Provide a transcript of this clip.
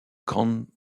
grandes